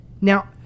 Now